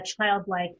childlike